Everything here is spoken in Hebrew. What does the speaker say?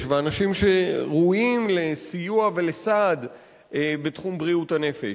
ואנשים שראויים לסיוע ולסעד בתחום בריאות הנפש.